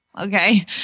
okay